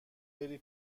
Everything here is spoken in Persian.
بری